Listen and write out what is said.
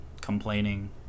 complaining